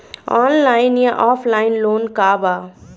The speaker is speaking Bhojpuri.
ऑनलाइन या ऑफलाइन लोन का बा?